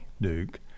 Duke